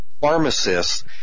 Pharmacists